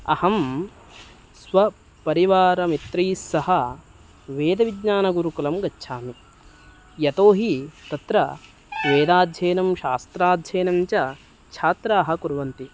अहं स्वपरिवारमित्रैस्सह वेदविज्ञानगुरुकुलं गच्छामि यतोहि तत्र वेदाध्ययनं शास्त्राध्ययनं च छात्राः कुर्वन्ति